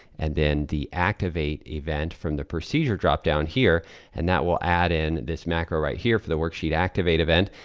and then the activate event from the procedure dropdown here and that will add in this macro right here for the worksheet activate event.